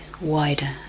wider